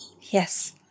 yes